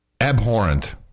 abhorrent